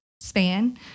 span